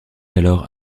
alors